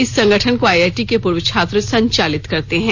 इस संगठन को आईआईटी के पूर्व छात्र संचालित करते हैं